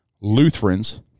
Lutherans